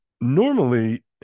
normally